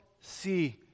see